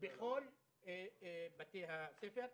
בכל בתי הספר.